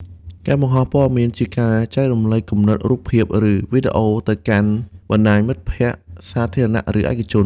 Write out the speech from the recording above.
ការបង្ហោះព័ត៌មាន ជាការចែករំលែកគំនិត រូបភាព ឬវីដេអូទៅកាន់បណ្ដាញមិត្តភក្ដិសាធារណៈ ឬឯកជន។